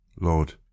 Lord